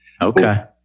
Okay